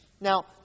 Now